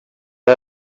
iri